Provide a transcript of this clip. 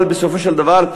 אבל בסופו של דבר,